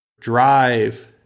drive